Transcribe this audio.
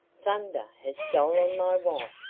thunder has stolen my wife,